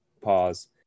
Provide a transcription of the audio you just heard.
pause